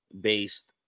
based